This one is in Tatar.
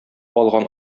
алган